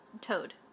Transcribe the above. toad